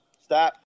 stop